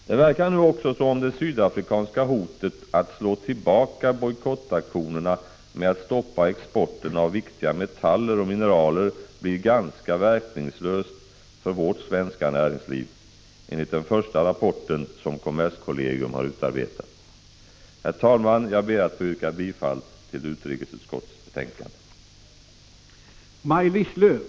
Det verkar nu också som om det sydafrikanska hotet att slå tillbaka bojkottaktionerna genom att stoppa exporten av viktiga metaller och mineral blir ganska verkningslöst för vårt svenska näringsliv, enligt den första rapporten som kommerskollegium har utarbetat. Herr talman! Jag ber att få yrka bifall till utrikesutskottets hemställan i — Prot. 1985/86:53 betänkande nr 12. 17 december 1985